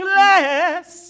less